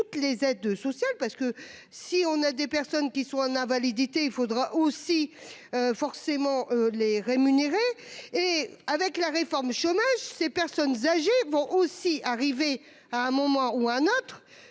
les aides sociales parce que si on a des personnes qui sont en invalidité. Il faudra aussi. Forcément les rémunérer et avec la réforme chômage ces personnes âgées vont aussi arriver à un moment ou un autre